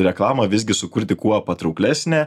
reklamą visgi sukurti kuo patrauklesnę